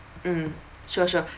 mm sure sure